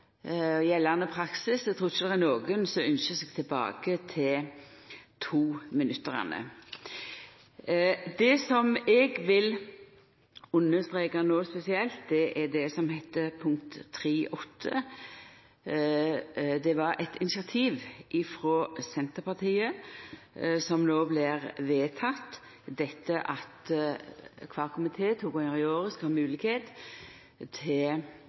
og gjeldande praksis, og eg trur ikkje det er nokon som ynskjer seg tilbake til tominutta. Det som eg vil understreka spesielt, er det punktet som heiter «3.8». Det var eit initiativ frå Senterpartiet, det som no blir vedteke – at kvar komité to gonger i året skal ha moglegheit til